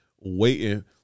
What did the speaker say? waiting